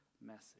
message